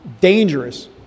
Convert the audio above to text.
dangerous